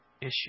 issue